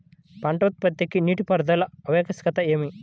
పంట ఉత్పత్తికి నీటిపారుదల ఆవశ్యకత ఏమి?